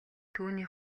түүний